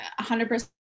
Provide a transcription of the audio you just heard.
100%